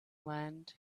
land